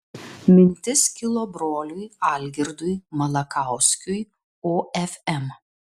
mintis kilo broliui algirdui malakauskiui ofm